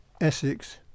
Essex